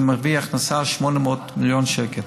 זה מביא הכנסה של 800 מיליון שקל.